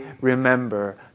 remember